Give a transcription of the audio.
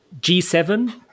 G7